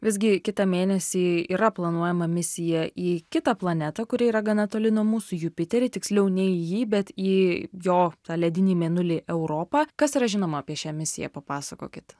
visgi kitą mėnesį yra planuojama misija į kitą planetą kuri yra gana toli nuo mūsų jupiterį tiksliau ne jį bet į jo tą ledinį mėnulį europą kas yra žinoma apie šią misiją papasakokit